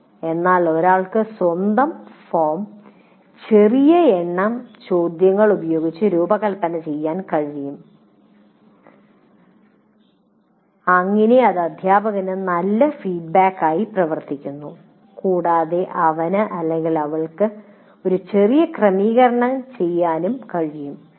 അതിനാൽ ഒരാൾക്ക് സ്വന്തം ഫോം ചെറിയ എണ്ണം ചോദ്യങ്ങൾ ഉപയോഗിച്ച് രൂപകൽപ്പന ചെയ്യാൻ കഴിയും അങ്ങനെ അത് അധ്യാപകന് ഒരു നല്ല ഫീഡ്ബാക്കായി പ്രവർത്തിക്കുന്നു കൂടാതെ അവന് അവൾക്ക് ചെറിയ ക്രമീകരണങ്ങൾ ചെയ്യാനും കഴിയും